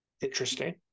Interesting